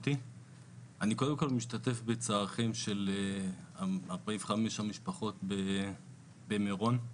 אני משתתף בצער 45 המשפחות מאסון מירון,